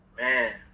Man